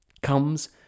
comes